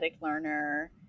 learner